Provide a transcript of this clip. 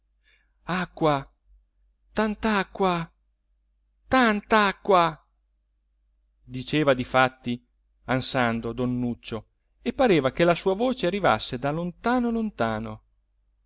spettacolo luminoso acqua tant'acqua tant'acqua diceva difatti ansando don nuccio e pareva che la sua voce arrivasse da lontano lontano